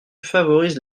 favorise